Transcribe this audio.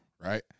right